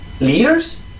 leaders